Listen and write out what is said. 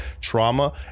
trauma